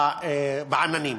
בעננים.